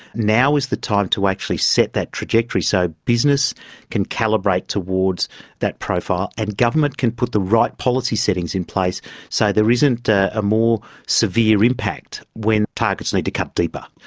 now is the time to actually set that trajectory so business can calibrate towards that profile and government can put the right policy settings in place so there isn't a ah more severe impact when targets need to cut deeper.